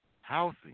housing